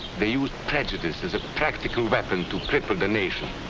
they used prejudice as a practical weapon to cripple the nation.